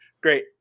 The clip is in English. Great